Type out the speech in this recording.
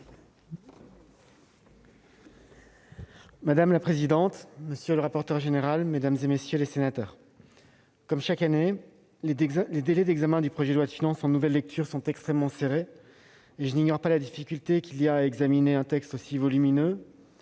Madame la présidente, monsieur le rapporteur général de la commission des finances, mesdames, messieurs les sénateurs, comme chaque année, les délais d'examen du projet de loi de finances en nouvelle lecture sont extrêmement serrés, et je n'ignore pas la difficulté qu'il y a à examiner un texte aussi volumineux